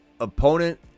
opponent